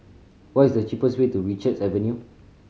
what is the cheapest way to Richards Avenue